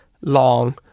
long